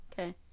Okay